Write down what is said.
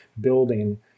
building